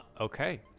okay